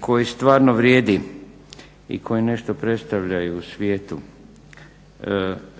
koji stvarno vrijedi i koji nešto predstavlja i u svijetu